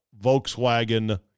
Volkswagen